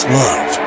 love